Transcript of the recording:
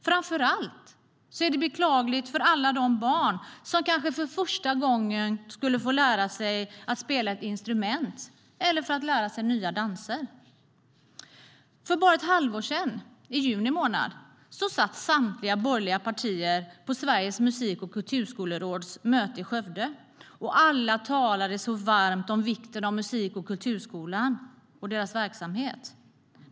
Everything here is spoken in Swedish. Framför allt är det beklagligt för alla de barn som kanske för första gången skulle ha fått lära sig att spela ett instrument eller lära sig nya danser. För bara ett halvår sedan, i juni månad, satt samtliga borgerliga partier på Sveriges musik och kulturskolors råds möte i Skövde, och alla talade så varmt om vikten av musik och kulturskolans verksamhet.